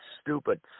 stupid